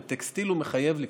בטקסטיל הוא מחייב לקנות,